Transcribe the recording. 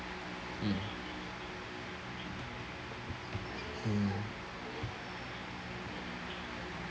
mm mm